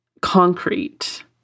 concrete